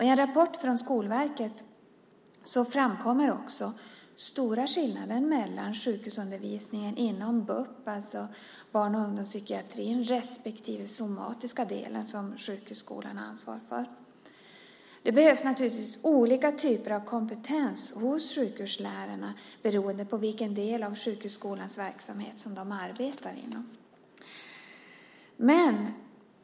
I en rapport från Skolverket framkommer det också att det finns stora skillnader mellan sjukhusundervisningen inom BUP, barn och ungdomspsykiatrin, och den somatiska delen som sjukhusskolan har ansvar för. Det behövs naturligtvis olika typer av kompetens hos sjukhuslärarna beroende på vilken del av sjukhusskolans verksamhet som de arbetar inom.